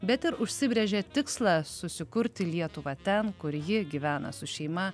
bet ir užsibrėžė tikslą susikurti lietuvą ten kur ji gyvena su šeima